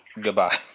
Goodbye